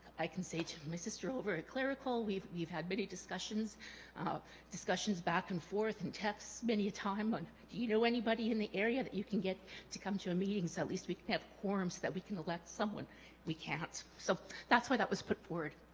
i can say to my sister over a clerical we've we've had many discussions discussions back and forth and texts many a time on do you know anybody in the area that you can get to come to a meetings at least we could have quorum so that we can elect someone we can't so that's why that was put forward